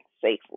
safely